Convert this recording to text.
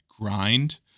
grind